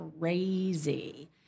crazy